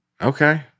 Okay